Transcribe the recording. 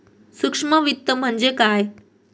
सूक्ष्म वित्त म्हणजे काय?